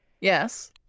yes